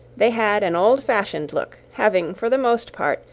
they had an old-fashioned look having, for the most part,